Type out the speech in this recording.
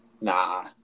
nah